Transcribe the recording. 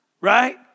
right